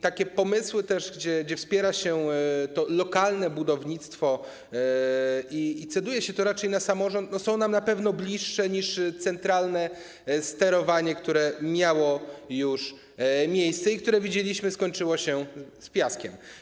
Takie pomysły, że wspiera się to lokalne budownictwo i ceduje się to raczej na samorząd, są nam na pewno bliższe niż centralne sterowanie, które miało już miejsce i które, jak widzieliśmy, skończyło się fiaskiem.